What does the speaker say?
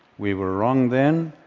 we were wrong then,